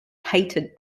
hated